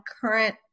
current